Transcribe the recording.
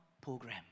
program